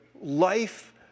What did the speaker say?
life